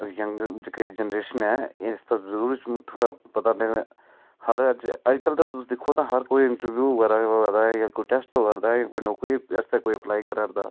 young जेह्की generation ऐ इसदा जरूर पता अज्जकल दिक्खो तां हर कोई इंटरव्यू बी होआ दा जां कोई टेस्ट होआ करदा कोई नौकरी आस्तै अप्लाई करा करदा